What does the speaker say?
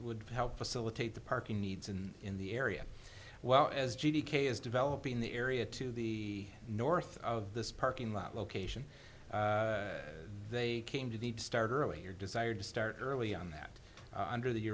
it would help facilitate the parking needs and in the area well as g t k is developing the area to the north of this parking lot location they came to the start earlier desired to start early on that under the